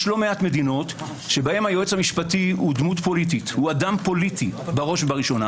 יש לא מעט מדינות שבהן היועץ המשפטי הוא אדם פוליטי בראש ובראשונה.